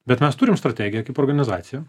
bet mes turim strategiją kaip organizacija